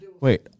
Wait